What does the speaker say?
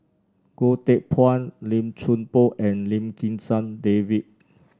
Goh Teck Phuan Lim Chuan Poh and Lim Kim San David